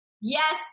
Yes